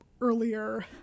earlier